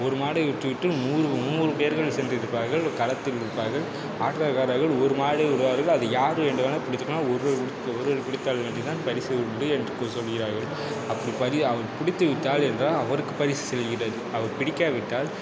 ஒரு மாட்டை விட்டுவிட்டு மூணு நூறு பேர்கள் சேர்ந்து இருப்பார்கள் களத்தில் நிற்பார்கள் ஆட்டக்காரர்கள் ஒரு மாட்டை விடுவார்கள் அது யார் வேண்டுமானாலும் பிடிச்சிக்கலாம் ஒருத்தர் ஒருவர் பிடித்தால் மட்டுந்தான் பரிசு உண்டு என்று சொல்கிறார்கள் அப்படி அவரு பிடித்துவிட்டால் என்றால் அவருக்கு பரிசளிக்கிறார்கள் அவர் பிடிக்காவிட்டால்